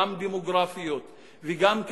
גם דמוגרפיות,